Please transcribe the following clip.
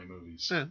movies